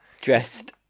Dressed